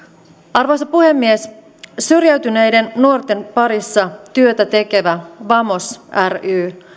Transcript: arvoisa puhemies syrjäytyneiden nuorten parissa työtä tekevä vamos ry